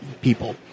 people